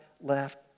left